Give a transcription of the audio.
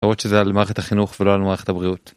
למרות שזה על מערכת החינוך ולא על מערכת הבריאות.